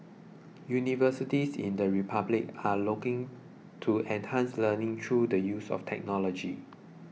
universities in the Republic are looking to enhance learning through the use of technology